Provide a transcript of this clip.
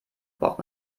braucht